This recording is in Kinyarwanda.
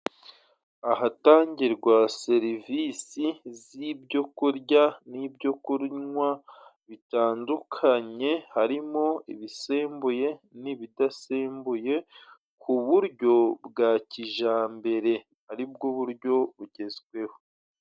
Ahatangirwa serivisi z'ibyo kurya n'ibyo kunywa bitandukanye, harimo ibisembuye n'ibidasembuye ku buryo bwa kijambere ari bwo buryo bugezweho.